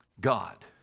God